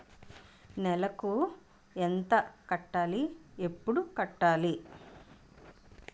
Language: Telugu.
నెలకు ఎంత కట్టాలి? ఎప్పుడు కట్టాలి?